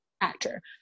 actor